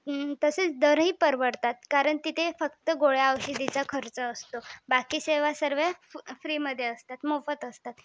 तसेच दर ही परवडतात कारण तिथे फक्त गोळ्या औषधाचा खर्च असतो बाकी सेवा सर्व फ्रीमध्ये असतात मोफत असतात